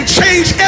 change